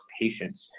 patients